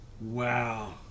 Wow